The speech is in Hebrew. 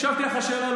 הקשבתי לך לשאלה,